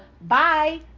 bye